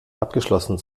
abgeschlossen